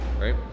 right